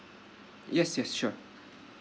yes yes sure